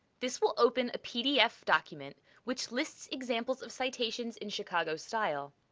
this will open a pdf document which lists examples of citations in chicago style.